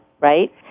right